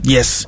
Yes